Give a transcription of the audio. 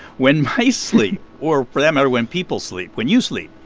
when mice. sleep or for that matter, when people sleep, when you sleep,